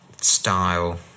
style